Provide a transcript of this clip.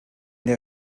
der